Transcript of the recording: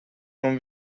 non